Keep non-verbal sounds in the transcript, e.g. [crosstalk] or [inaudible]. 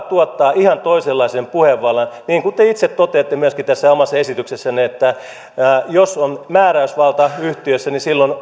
[unintelligible] tuottaa ihan toisenlaisen puhevallan niin kuin te itsekin toteatte tässä omassa esityksessänne jos on määräysvalta yhtiössä niin silloin